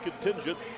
contingent